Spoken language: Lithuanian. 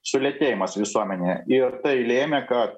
sulėtėjimas visuomenėje ir tai lėmė kad